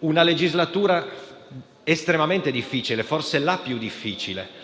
in una legislatura estremamente difficile, forse la più difficile.